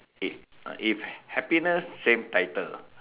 if if happiness same title